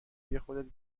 یخورده